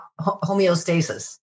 homeostasis